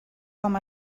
com